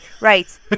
right